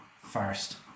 first